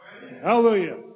Hallelujah